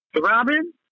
Robin